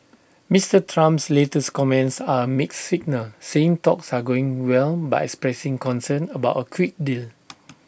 Mister Trump's latest comments are A mixed signal saying talks are going well but expressing concern about A quick deal